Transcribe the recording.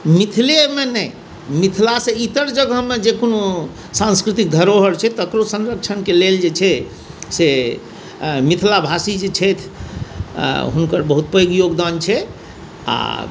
मिथिलेमे नहि मिथिलासँ इतर जगहमे जे कोनो साँस्कृतिक धरोहरि छै तकरो सँरक्षणके लेल जे छै से मिथिलाभाषी जे छथि हुनकर बहुत पैघ योगदान छै आओर